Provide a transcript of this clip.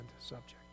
subject